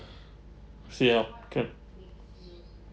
see how can